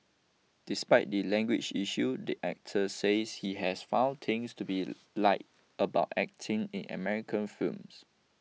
despite the language issue the actor says he has found things to be like about acting in American films